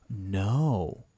No